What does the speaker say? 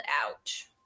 out